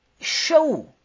show